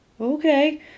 Okay